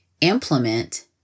implement